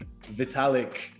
vitalik